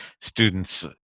students